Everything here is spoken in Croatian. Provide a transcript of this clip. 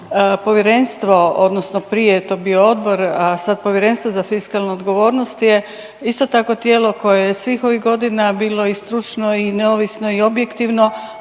povjerenstvo, odnosno prije je to bio odbor, a sad Povjerenstvo za fiskalnu odgovornost je isto tako tijelo koje je svih ovih godina bilo i stručno i neovisno i objektivno,